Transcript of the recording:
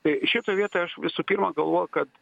tai šitoj vietoj aš visų pirma galvoju kad